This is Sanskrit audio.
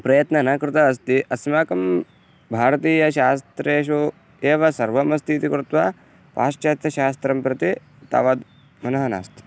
प्रयत्नः न कृतः अस्ति अस्माकं भारतीयशास्त्रेषु एव सर्वमस्ति इति कृत्वा पाश्चात्यं शास्त्रं प्रति तावद् मनः नास्ति